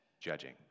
judging